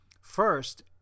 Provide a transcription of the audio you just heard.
First